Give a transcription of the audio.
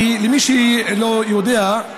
למי שלא יודע,